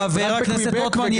חבר הכנסת רוטמן,